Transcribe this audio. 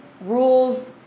rules